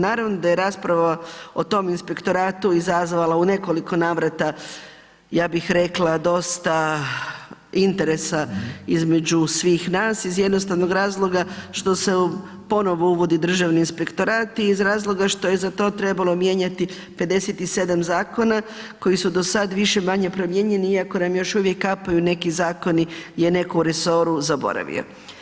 Naravno da je rasprava o tom inspektoratu izazvala u nekoliko navrata ja bih rekla dosta interesa između svih nas iz jednostavnog razloga što se ponovno uvodi Državni inspektorat i iz razloga što je za to trebalo mijenjati 57 zakona koji su do sad više-manje promijenjeni iako nam još uvijek kapaju neki zakoni gdje je netko u resoru zaboravio.